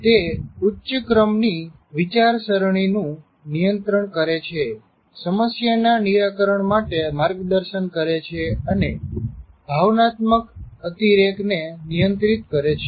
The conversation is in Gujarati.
તે ઉચ્ચ ક્રમની વિચારસરણીનું નિયંત્રણ કરે છે સમસ્યાના નિરાકરણ માટે માર્ગદર્શન કરે છે અને ભાવનાત્મક અતિરેકને નિયંત્રિત કરે છે